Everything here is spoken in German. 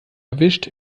erwischt